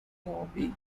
hobby